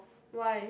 why